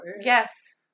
Yes